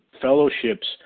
fellowships